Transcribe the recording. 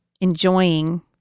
enjoying